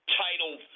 title